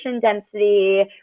density